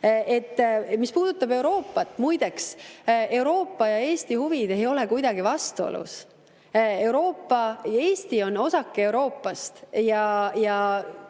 Mis puudutab Euroopat, siis muideks Euroopa ja Eesti huvid ei ole kuidagi vastuolus. Eesti on osake Euroopast.